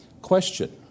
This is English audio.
Question